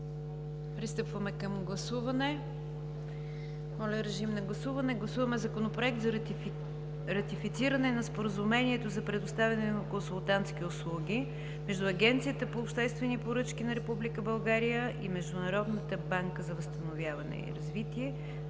Пристъпваме към гласуване.